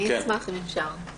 אני אשמח, אם אפשר.